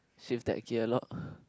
shift that gear loh